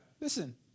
listen